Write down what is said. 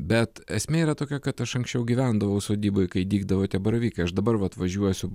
bet esmė yra tokia kad aš anksčiau gyvendavau sodyboj kai dygdavo tie baravykai aš dabar vat važiuosiu